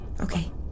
Okay